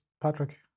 patrick